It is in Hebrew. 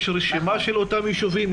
יש רשימה של אותם יישובים,